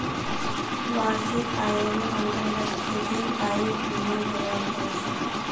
वार्षिक आइर अन्तर्गत खेतीर आइक नी जोडाल जा छेक